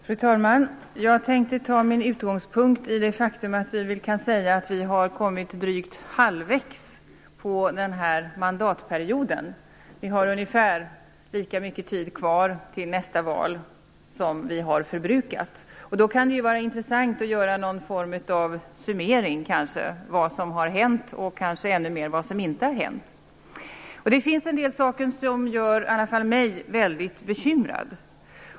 Fru talman! Jag tänkte ta min utgångspunkt i det faktum att vi kommit drygt halvvägs på den här mandatperioden. Vi har ungefär lika mycket tid kvar till nästa val som vi har förbrukat. Då kan det vara intressant att göra någon form av summering av vad som hänt och kanske ännu mer av vad som inte hänt. Det finns en del saker som gör i alla fall mig väldigt bekymrad.